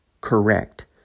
correct